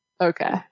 Okay